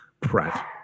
Pratt